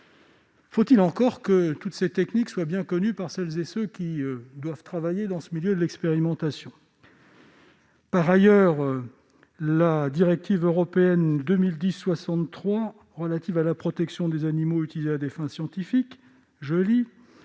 faut-il que toutes ces techniques soient bien connues par celles et ceux qui ont à travailler dans le milieu de l'expérimentation ! Par ailleurs, la directive européenne 2010-63, relative à la protection des animaux utilisés à des fins scientifiques,